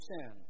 sin